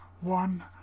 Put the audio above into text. one